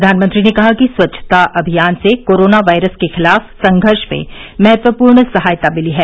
प्रधानमंत्री ने कहा कि स्वच्छता अभियान से कोरोना वायरस के खिलाफ संघर्ष में महत्वपूर्ण सहायता मिली है